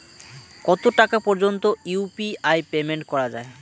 কত টাকা পর্যন্ত ইউ.পি.আই পেমেন্ট করা যায়?